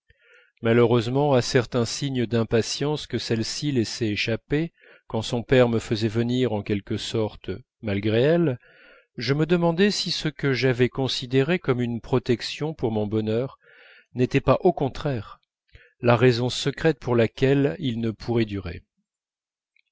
malheureusement à certains signes d'impatience que celle-ci laissait échapper quand son père me faisait venir en quelque sorte malgré elle je me demandai si ce que j'avais considéré comme une protection pour mon bonheur n'était pas au contraire la raison secrète pour laquelle il ne pourrait durer